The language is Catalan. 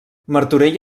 martorell